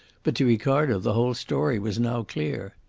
but to ricardo the whole story was now clear.